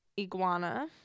iguana